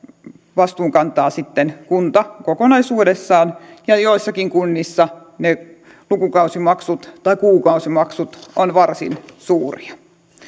vastuun kantaa sitten kunta kokonaisuudessaan ja joissakin kunnissa ne lukukausimaksut tai kuukausimaksut ovat varsin suuria